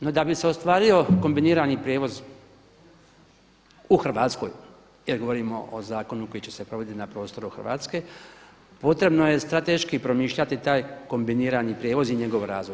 No da bi se ostvario kombinirani prijevoz u Hrvatskoj jer govorimo o zakonu koji će se provoditi na prostoru Hrvatske potrebno je strateški promišljati taj kombinirani prijevoz i njegov razvoj.